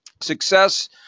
success –